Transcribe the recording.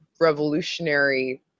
revolutionary